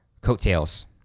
coattails